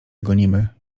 gonimy